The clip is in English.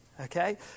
okay